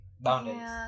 boundaries